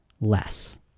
less